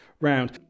round